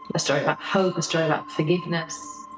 a story about hope, a story about forgiveness.